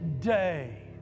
day